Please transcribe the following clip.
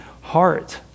heart